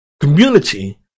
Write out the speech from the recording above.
community